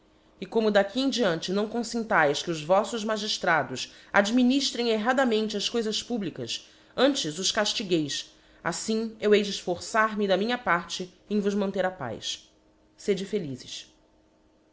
e como ui em diante não confintaes que os voffos magiftra adminiftrem erradainente as coifas publicas antes ciaftigueis affim eu hei de efforçar me da minha parte vos manter a paz sede felizes